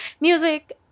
music